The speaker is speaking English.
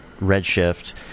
Redshift—